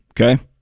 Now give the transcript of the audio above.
okay